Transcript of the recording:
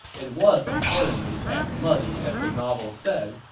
it was apparently as muddy as the novel said,